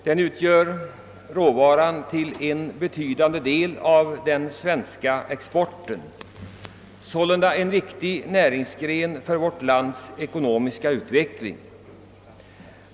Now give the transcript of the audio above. Den svarar för råvaran till en betydande del av den svenska exporten, och skogsbruket är därför mycket viktigt för vårt lands ekonomiska utveckling.